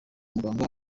muganga